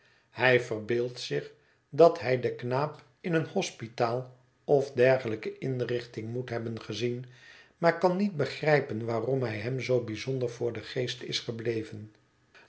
hij verbeeldt zich dat hij den knaap in een hospitaal of dergelijke inrichting moet hebben gezien maar kan niet begrijpen waarom hij hem zoo bijzonder voor den geest is gebleven